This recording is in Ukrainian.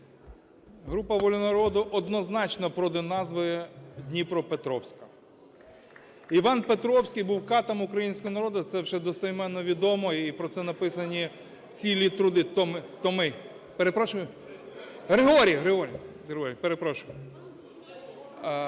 Група "Воля народу" однозначно проти назви "Дніпропетровська". Іван Петровський був катом українського народу, це вже достеменно відомо і про це написані цілі труди, томи. Перепрошую.